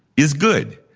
is good.